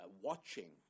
watching